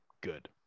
good